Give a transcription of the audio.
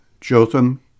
Jotham